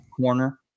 corner